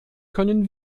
können